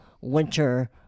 winter